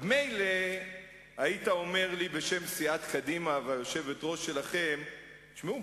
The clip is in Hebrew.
מילא היית אומר לי בשם סיעת קדימה והיושבת-ראש שלכם: תשמעו,